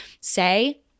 say